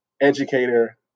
educator